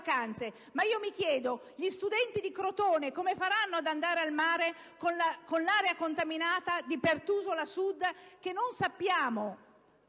vacanze, ma io mi chiedo: gli studenti di Crotone, come faranno ad andare al mare con l'area contaminata di Pertusola Sud - un'area